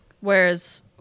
whereas